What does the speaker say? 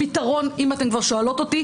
אם אתם כבר שואלים אותי,